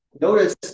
Notice